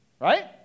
Right